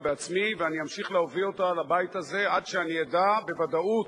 בעוד חודש.